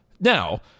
Now